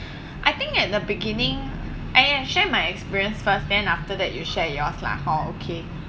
I think at the beginning I'll share my experience first then after that you share yours lah hor okay